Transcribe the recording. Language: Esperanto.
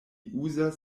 uzas